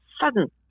sudden